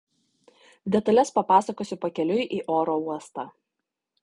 detales papasakosiu pakeliui į oro uostą